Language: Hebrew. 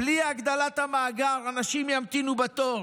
בלי הגדלת המאגר, אנשים ימתינו בתור,